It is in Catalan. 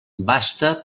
basta